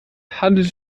handelt